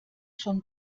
schon